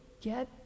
get